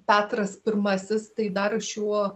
petras pirmasis tai dar šiuo